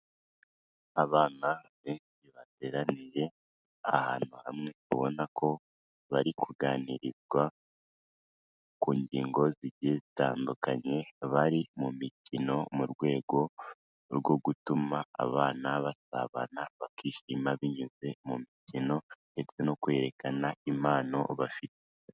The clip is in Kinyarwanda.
Abana benshi bateraniye ahantu hamwe, ubona ko bari kuganirirwa ku ngingo zigiye zitandukanye, bari mu mikino mu rwego rwo gutuma abana basabana bakishima binyuze mu mikino ndetse no kwerekana impano bafite.